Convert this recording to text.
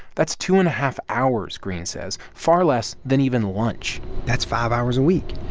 that's two and a half hours, greene says, far less than even lunch that's five hours a week.